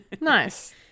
Nice